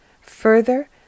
Further